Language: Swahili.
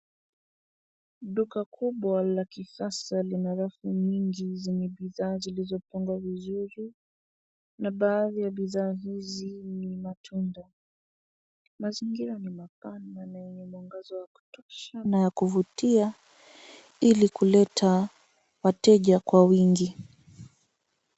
Duka kubwa la kisasa lina rafu nyingi zenye bidhaa zilizopangwa vizuri na baadhi ya bidhaa hizi ni matunda. Mazingira ni mapana na yenye mwangaza wa kutosha na ya kuvutia ili kuleta wateja kwa wingi.